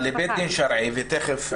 אבל בית דין שרעי ותיכף,